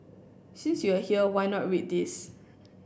since you are here why not read this